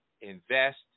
invest